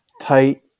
tight